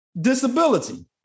Disability